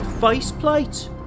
...faceplate